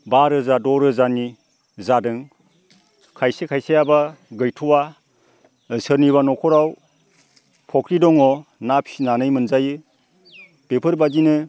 बा रोजा द' रोजानि जादों खायसे खायसेयाबा गैथ'आ सोरनिबा न'खराव फुख्रि दङ ना फिसिनानै मोनजायो बेफोरबायदिनो